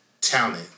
talent